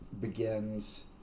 begins